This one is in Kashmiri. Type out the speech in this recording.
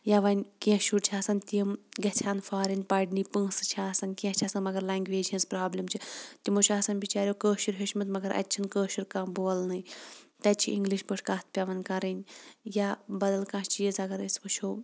یا وۄنۍ کیٚنہہ شُرۍ چھِ آسان تِم گژھن فارِن پَرنہِ پونسہِ چھِ آسان یا کیٚنہہ چھِ آسان مگر لینگویج ہنز بروبلِم چھِ تِمو چھِ آسان بِچاریو کٲشِر ہیوٚچھمُت مَگر اَتہِ چھُنہٕ کٲشُر کانہہ بولنٕے تَتہِ چھِ اِنگلِش پٲٹھۍ کَتھ پیوان کَرٕنۍ یا بدل کانہہ چیٖز اَگر أسۍ وٕچھو